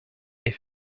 est